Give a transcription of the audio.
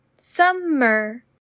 summer